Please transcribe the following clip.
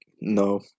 no